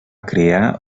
crear